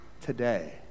Today